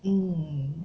mm